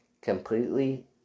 completely